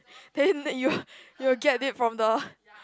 then that you will you will get it from the